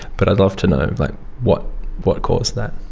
but i'd love to know like what what caused that.